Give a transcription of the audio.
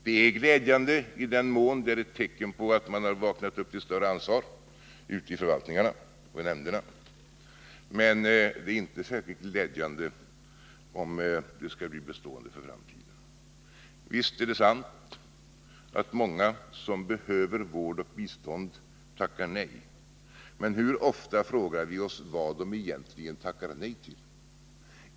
Det är glädjande i den mån det är ett tecken på att man har vaknat upp till ett större ansvar i förvaltningarna och nämnderna, men det är inte särskilt glädjande, om det skall bli bestående för framtiden. Visst är det sant att många som behöver vård och bistånd tackar nej, men hur ofta frågar vi oss vad de egentligen tackar nej till?